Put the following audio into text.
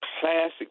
classic